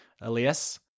Elias